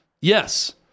Yes